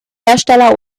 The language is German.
hersteller